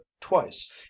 twice